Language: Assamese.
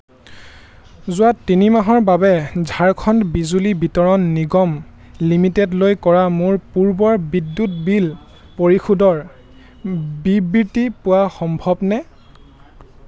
যোৱা যোৱা তিনি মাহৰ বাবে ঝাৰখণ্ড বিজুলী বিতৰণ নিগম লিমিটেডলৈ কৰা মোৰ পূৰ্বৰ বিদ্যুৎ বিল পৰিশোধৰ বিবৃতি পোৱা সম্ভৱনে